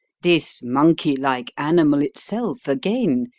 this monkey-like animal itself, again,